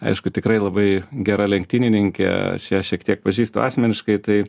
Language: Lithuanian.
aišku tikrai labai gera lenktynininkė ją šiek tiek pažįstu asmeniškai tai